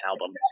album